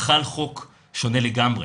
חל חוק שונה לגמרי,